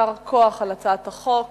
יישר כוח על הצעת החוק.